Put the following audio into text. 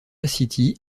city